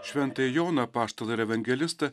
šventąjį joną apaštalą ir evangelistą